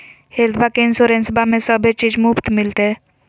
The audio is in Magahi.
हेल्थबा के इंसोरेंसबा में सभे चीज मुफ्त मिलते?